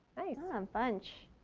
nice, a um bunch.